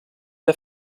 der